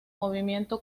movimiento